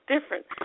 different